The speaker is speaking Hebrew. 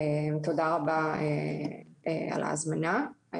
תודה רבה על ההזמנה.